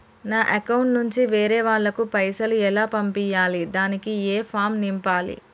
నా అకౌంట్ నుంచి వేరే వాళ్ళకు పైసలు ఎలా పంపియ్యాలి దానికి ఏ ఫామ్ నింపాలి?